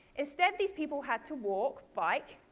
instead, these people had to walk, bike,